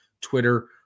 twitter